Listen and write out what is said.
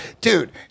dude